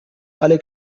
alle